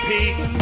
Pete